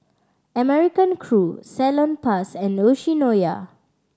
American Crew Salonpas and Yoshinoya